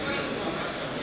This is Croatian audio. Hvala.